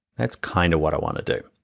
that's kind of what i wanna do.